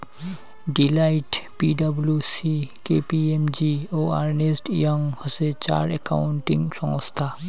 Deloitte, P W C, K P M G ও Ernst Young হসে চার accounting সংস্থা